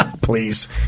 Please